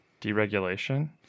deregulation